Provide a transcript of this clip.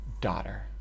daughter